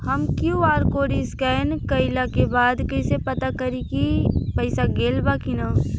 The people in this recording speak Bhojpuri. हम क्यू.आर कोड स्कैन कइला के बाद कइसे पता करि की पईसा गेल बा की न?